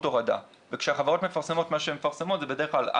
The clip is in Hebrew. הורדה וכשהחברות מפרסמות מה שהן מפרסמות זה בדרך כלל,